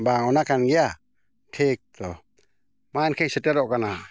ᱵᱟᱝ ᱚᱱᱟ ᱠᱟᱱ ᱜᱮᱭᱟ ᱴᱷᱤᱠ ᱛᱚ ᱢᱟ ᱮᱱᱠᱷᱟᱱ ᱤᱧ ᱥᱮᱴᱮᱨᱚᱜ ᱠᱟᱱᱟ